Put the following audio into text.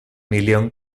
million